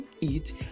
eat